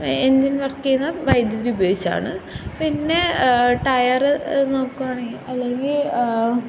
engine work ചെയ്യുന്നത് വൈദ്യുതി ഉപയോഗിച്ചാണ് പിന്നെ ടയര് നോക്കുവാണെങ്കില് അല്ലെങ്കില്